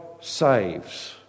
saves